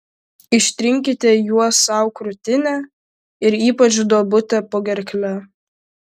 ištrinkite juo sau krūtinę ir ypač duobutę po gerkle